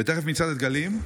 ותכף מצעד הדגלים.